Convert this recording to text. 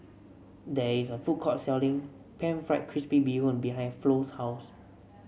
there is a food court selling pan fried crispy Bee Hoon behind Flo's house